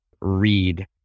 read